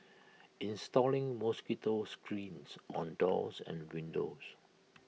installing mosquito screens on doors and windows